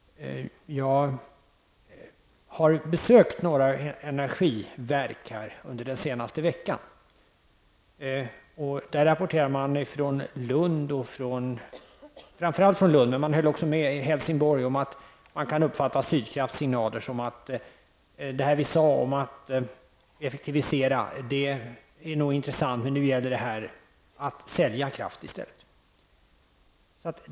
Jag har under den senaste veckan besökt några energiverk. Framför allt från Lund men också från Helsingborg kommer rapporter om att man uppfattar signaler från Sydkraft som innebär: Det vi sade om att effektivisera är nog intressant, men nu gäller det att sälja kraft i stället.